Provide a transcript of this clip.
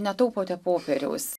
netaupote popieriaus